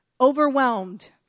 overwhelmed